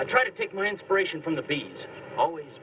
i try to take my inspiration from the be always